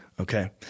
Okay